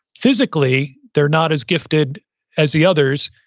physically they're not as gifted as the others,